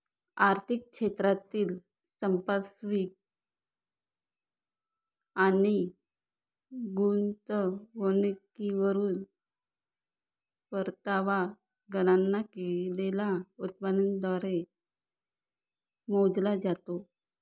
आर्थिक क्षेत्रातील संपार्श्विक आणि गुंतवणुकीवरील परतावा गणना केलेल्या उत्पन्नाद्वारे मोजला जातो